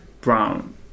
brown